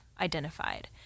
identified